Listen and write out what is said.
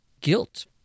guilt